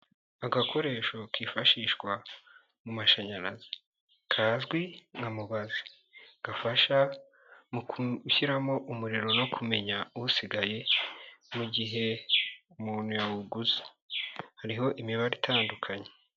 Agakoresho kifashishwa mu mashanyarazi. Kazwi nka mubazi, gafasha mu gushyiramo umuriro no kumenya usigaye, mu gihe umuntu yawuguze. Hariho imibare itandukanye.